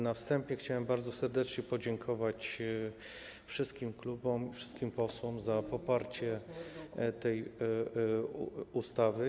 Na wstępie chciałem bardzo serdecznie podziękować wszystkim klubom, wszystkim posłom za poparcie tej ustawy.